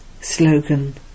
Slogan